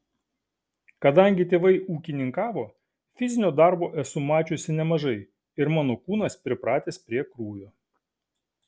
kadangi tėvai ūkininkavo fizinio darbo esu mačiusi nemažai ir mano kūnas pripratęs prie krūvio